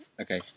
okay